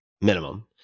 minimum